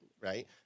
right